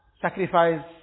sacrifice